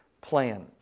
plan